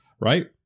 right